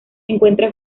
encuentra